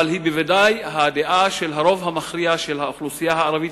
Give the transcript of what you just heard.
אבל היא בוודאי הדעה של הרוב המכריע של האוכלוסייה הערבית,